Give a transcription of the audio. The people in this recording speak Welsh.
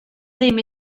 ddim